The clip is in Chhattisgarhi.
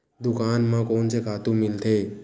दुकान म कोन से खातु मिलथे?